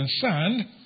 concerned